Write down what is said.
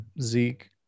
Zeke